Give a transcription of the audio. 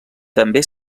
també